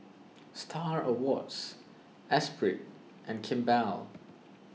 Star Awards Esprit and Kimball